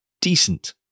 decent